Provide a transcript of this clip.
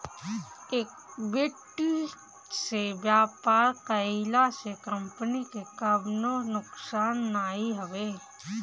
equity से व्यापार कईला से कंपनी के कवनो नुकसान नाइ हवे